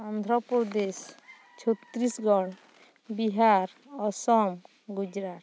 ᱚᱱᱫᱷᱨᱚᱯᱚᱫᱮᱥ Chhattisgarh Bihar Assam Gujarat